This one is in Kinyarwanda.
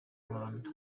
muhanda